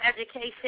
education